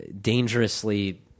dangerously